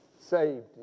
saved